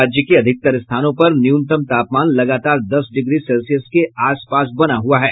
राज्य के अधिकतर स्थानों पर न्यूनतम तापमान लगातार दस डिग्री सेल्सियस के आस पास बना हुआ है